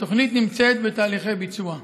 התוכנית נמצאת בתהליכי ביצוע.